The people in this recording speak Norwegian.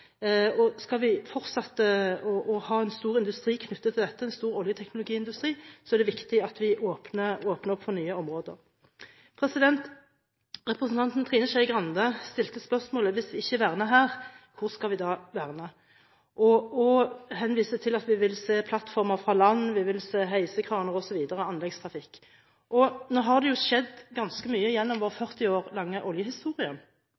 og produktene videre. Skal vi fortsette å ha en stor industri knyttet til dette – en stor oljeteknologiindustri – er det viktig at vi åpner opp for nye områder. Representanten Trine Skei Grande stilte spørsmålet om hvis vi ikke verner her, hvor skal vi da verne? Hun henviser til at vi vil se plattformer fra land, vi vil se heisekraner, anleggstrafikk osv. Nå har det skjedd ganske mye gjennom vår